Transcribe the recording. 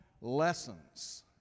lessons